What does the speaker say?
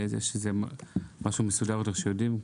יש איזה משהו מסודר יותר שיודעים?